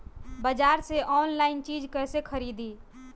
बाजार से आनलाइन चीज कैसे खरीदी?